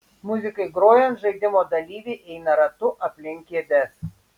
muzikai grojant žaidimo dalyviai eina ratu aplink kėdes